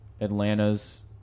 Atlanta's